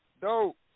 Dope